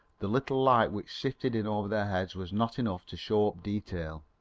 the little light which sifted in over their heads was not enough to show up details.